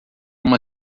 uma